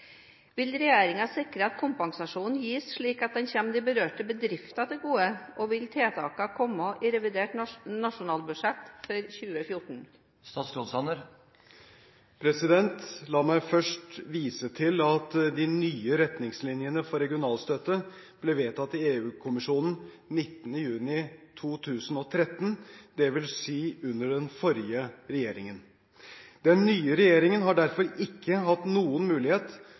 Vil regjeringen sikre at kompensasjonen gis slik at den kommer de berørte bedrifter til gode, og vil tiltakene komme i revidert nasjonalbudsjett for 2014?» La meg først vise til at de nye retningslinjene for regionalstøtte ble vedtatt av EU-kommisjonen 19. juni 2013, dvs. under den forrige regjeringen. Den nye regjeringen har derfor ikke hatt noen mulighet